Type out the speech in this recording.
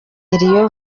elion